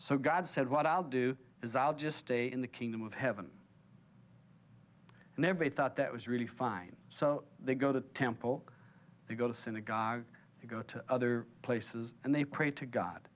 so god said what i'll do is i'll just stay in the kingdom of heaven and never a thought that was really fine so they go to temple they go to synagogue they go to other places and they pray to god